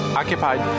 occupied